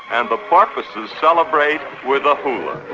and the porpoises celebrate with a hula